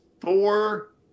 four